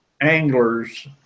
anglers